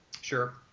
Sure